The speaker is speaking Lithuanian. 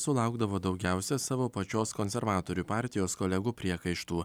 sulaukdavo daugiausia savo pačios konservatorių partijos kolegų priekaištų